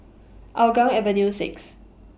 Hougang Avenue six